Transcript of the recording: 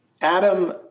adam